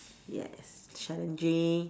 yes challenging